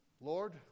Lord